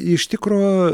iš tikro